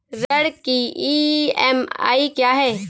ऋण की ई.एम.आई क्या है?